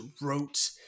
wrote